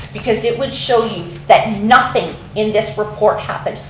because it would show you that nothing in this report happened.